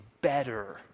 better